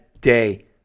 day